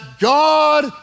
God